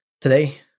Today